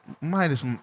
Minus